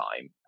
time